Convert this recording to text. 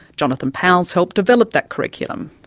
jonathan powles helped develop that curriculum.